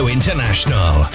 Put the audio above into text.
International